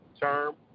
term